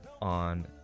on